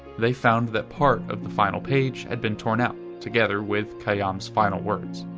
they found that part of the final page had been torn out, together with khayyam's final words.